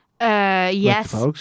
Yes